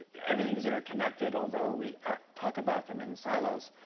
everything's interconnected although we talk about them in silos.